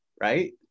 right